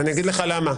ואני אגיד לך למה.